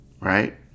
right